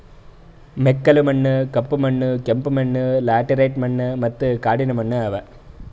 ಮೆಕ್ಕಲು ಮಣ್ಣ, ಕಪ್ಪು ಮಣ್ಣ, ಕೆಂಪು ಮಣ್ಣ, ಲ್ಯಾಟರೈಟ್ ಮಣ್ಣ ಮತ್ತ ಕಾಡಿನ ಮಣ್ಣ ಅವಾ